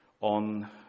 on